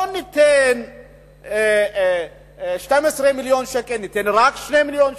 לא ניתן 12 מיליון שקל, ניתן רק 2 מיליוני שקל.